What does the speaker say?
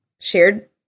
shared